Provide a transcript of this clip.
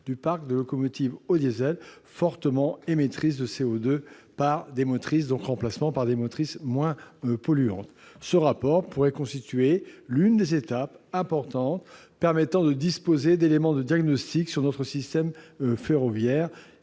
du parc de locomotives au diesel fortement émettrices de CO2 par des motrices moins polluantes. Ce rapport pourrait constituer l'une des étapes importantes permettant de disposer d'éléments de diagnostic sur notre système ferroviaire,